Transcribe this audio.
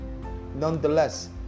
Nonetheless